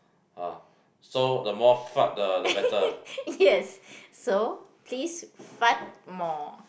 yes so please fart more